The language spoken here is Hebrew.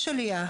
יש עלייה.